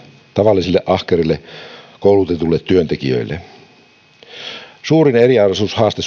tavallisille ahkerille koulutetuille työntekijöille suurin eriarvoisuushaaste